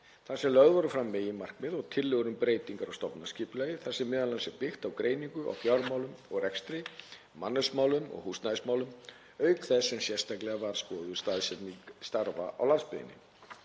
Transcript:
sem lögð voru fram meginmarkmið og tillögur um breytingar á stofnanaskipulagi þar sem er m.a. er byggt á greiningu á fjármálum og rekstri, mannauðsmálum og húsnæðismálum auk þess sem sérstaklega var skoðuð staðsetning starfa á landsbyggðinni.